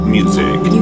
Music